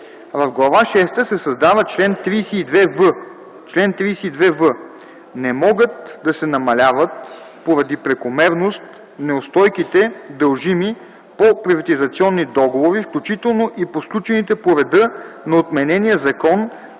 В Глава шеста се създава чл. 32в: „Чл. 32в. Не могат да се намаляват поради прекомерност неустойките, дължими по приватизационни договори, включително и по сключените по реда на отменения Закон